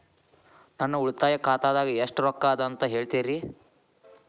ನನ್ನ ಉಳಿತಾಯ ಖಾತಾದಾಗ ಎಷ್ಟ ರೊಕ್ಕ ಅದ ಅಂತ ಹೇಳ್ತೇರಿ?